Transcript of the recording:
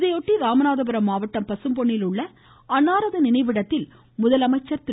இதையொட்டி ராமநாதபுரம் மாவட்டம் பசும்பொன்னில் உள்ள அன்னாரது நினைவிடத்தில் முதலமைச்சர் திரு